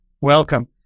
welcome